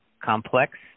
complex